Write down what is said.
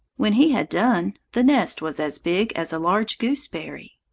when he had done, the nest was as big as a large gooseberry.